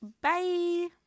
Bye